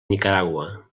nicaragua